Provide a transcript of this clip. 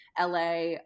LA